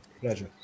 Pleasure